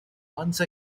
once